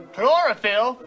Chlorophyll